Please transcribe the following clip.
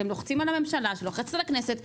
אתם לוחצים על הממשלה שלוחצת על הכנסת,